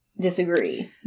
disagree